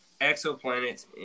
exoplanets